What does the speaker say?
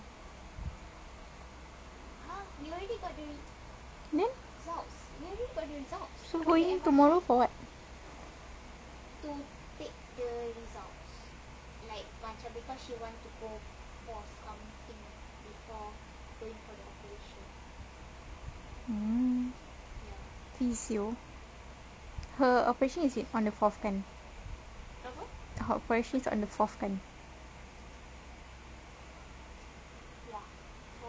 then so going tomorrow for what mm physio~ her operation is wait on the fourth kan her operations is on the fourth kan